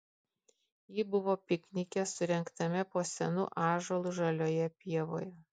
ji buvo piknike surengtame po senu ąžuolu žalioje pievoje